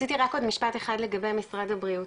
רציתי רק עוד משפט אחד לגבי משרד הבריאות,